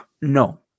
No